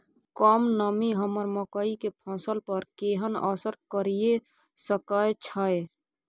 कम नमी हमर मकई के फसल पर केहन असर करिये सकै छै?